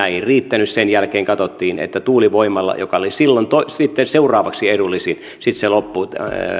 ei riittänyt sen jälkeen katsottiin että tuulivoimalla joka oli sitten seuraavaksi edullisin sitten se